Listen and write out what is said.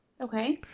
Okay